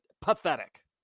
Pathetic